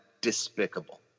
despicable